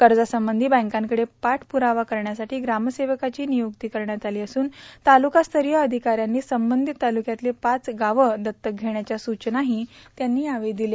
कर्जासंबंधी बँकांकडं पाठपुरावा करण्यासाठी ग्रामसेवकाची नियुक्ती करण्यात आली असून तालुकास्तरीय अधिकाऱ्यांनी संबंधित तालुक्यातले पाच गावं दत्तक घेण्याच्या सूचनाही त्यांनी यावेळी दिल्या